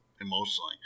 emotionally